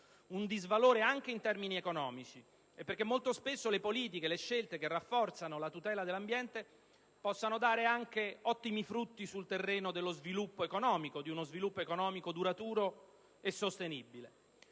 un disvalore anche in termini economici, e perché molto spesso le politiche, le scelte che rafforzano la tutela ambientale possono dare ottimi frutti anche sul terreno dello sviluppo economico duraturo e sostenibile.